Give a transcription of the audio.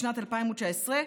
בשנת 2019,